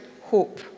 hope